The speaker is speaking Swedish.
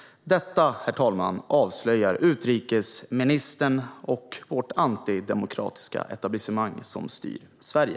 Detta är avslöjande, herr talman, för utrikesministern och vårt antidemokratiska etablissemang som styr Sverige.